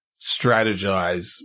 strategize